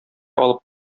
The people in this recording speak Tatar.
алып